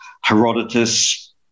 Herodotus